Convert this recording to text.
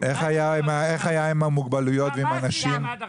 מה עשיתם עד עכשיו?